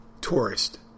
tourist